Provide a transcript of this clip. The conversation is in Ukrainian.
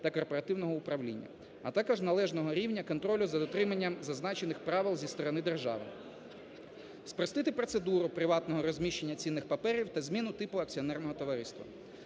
та корпоративного управління, а також належного рівня контролю за дотриманням зазначених правил зі сторони держави. Спростити процедуру приватного розміщення цінних паперів та зміну типу акціонерного товариства.